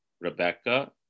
Rebecca